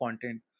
content